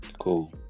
Cool